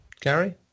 Gary